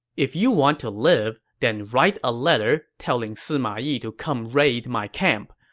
if you want to live, then write a letter telling sima yi to come raid my camp.